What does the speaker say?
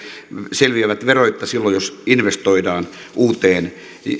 selviävät veroitta silloin jos investoidaan uuteen